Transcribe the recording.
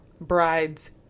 brides